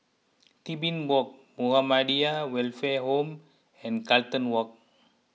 Tebing Walk Muhammadiyah Welfare Home and Carlton Walk